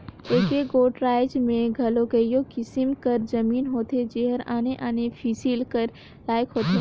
एके गोट राएज में घलो कइयो किसिम कर जमीन होथे जेहर आने आने फसिल कर लाइक होथे